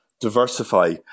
diversify